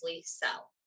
sell